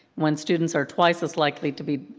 when students are twice as likely to be